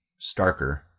starker